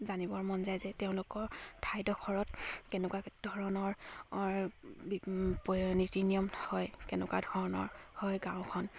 জানিবৰ মন যায় যে তেওঁলোকৰ ঠাইডোখৰত কেনেকুৱা ধৰণৰ প্ৰয় নীতি নিয়ম হয় কেনেকুৱা ধৰণৰ হয় গাঁওখন